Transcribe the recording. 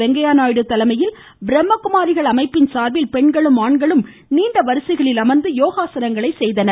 வெங்கையாநாயுடு தலைமையில் பிரம்மாகுமாரிகள் அமைப்பின் சார்பில் பெண்களும் நீண்ட வரிசைகளில் அமா்ந்து யோகாசனங்களை செய்தனர்